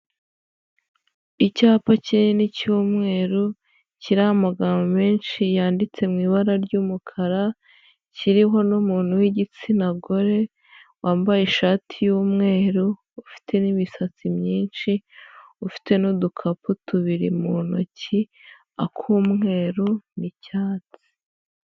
Icyapa kinini cy'umweru kiriho amagambo menshi yanditse mu ibara ry'umukara, kiriho n'umuntu w'igitsina gore wambaye ishati y'umweru ufite n'imisatsi myinshi, ufite n'udukapu tubiri mu ntoki: ak'umweru n'icyatsi.